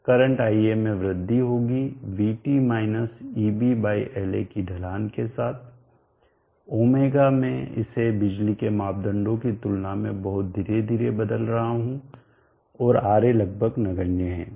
current ia में वृद्धि होगी vt minus eb by La की ढलान के साथ ω मैं इसे बिजली के मापदंडों की तुलना में बहुत धीरे धीरे बदल रहा हूं और Ra लगभग नगण्य है